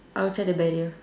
outside the barrier